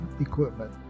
equipment